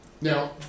Now